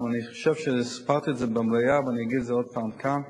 אני חושב שאני סיפרתי את זה במליאה ואני אגיד את זה עוד פעם כאן,